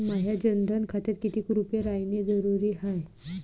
माह्या जनधन खात्यात कितीक रूपे रायने जरुरी हाय?